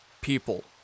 people